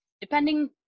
depending